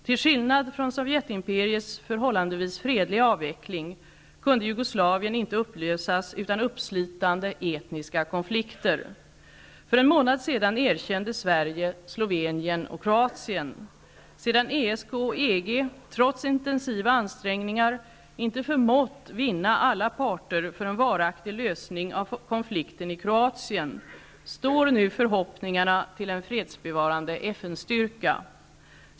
Till skillnad från sovjetimperiets förhållandevis fredliga avveckling kunde Jugoslavien inte upplösas utan uppslitande etniska konflikter. För en månad sedan erkände Sverige Slovenien och Kroatien. Sedan ESK och EG trots intensiva ansträngningar inte förmått vinna alla parter för en varaktig lösning av konflikten i Kroatien står nu förhoppningarna till en fredsbevarande FN styrka.